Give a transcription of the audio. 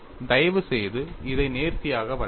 தயவுசெய்து இதை நேர்த்தியாக வரையவும்